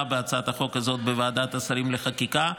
בהצעת החוק הזאת בוועדת השרים לחקיקה,